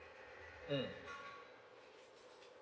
mm